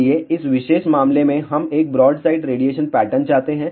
इसलिए इस विशेष मामले में हम एक ब्रॉडसाइड रेडिएशन पैटर्न चाहते थे